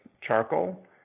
charcoal